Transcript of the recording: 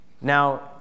Now